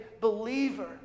believer